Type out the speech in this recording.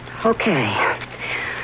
Okay